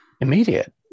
Immediate